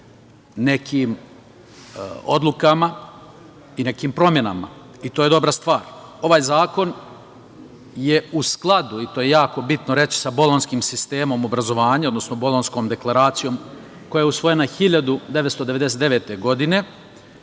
nekim odlukama i nekim promenama i to je dobra stvar. Ovaj zakon je u skladu, i to je jako bitno reći, sa bolonjskim sistemom obrazovanja, odnosno Bolonjskom deklaracijom, koja je usvojena 1999. godine